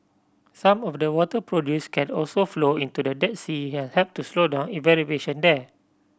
some of the water produced can also flow into the Dead Sea and help to slow down evaporation there